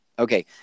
Okay